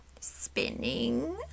spinning